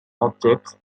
objects